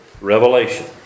revelation